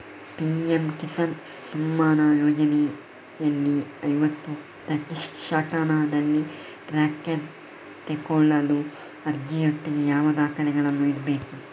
PM Kisan Samman ಯೋಜನೆಯಲ್ಲಿ ಐವತ್ತು ಪ್ರತಿಶತನಲ್ಲಿ ಟ್ರ್ಯಾಕ್ಟರ್ ತೆಕೊಳ್ಳಲು ಅರ್ಜಿಯೊಟ್ಟಿಗೆ ಯಾವ ದಾಖಲೆಗಳನ್ನು ಇಡ್ಬೇಕು?